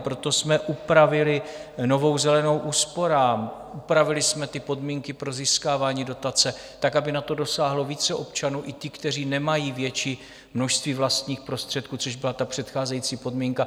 Proto jsme upravili Novou zelenou úsporám, upravili jsme podmínky pro získávání dotace tak, aby na to dosáhlo více občanů, i ti, kteří nemají větší množství vlastních prostředků, což byla předcházející podmínka.